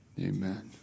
Amen